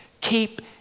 keep